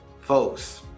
folks